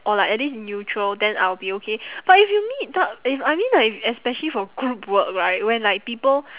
or like at least neutral then I will be okay but if you meet up if I mean like especially for group work right when like people